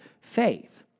faith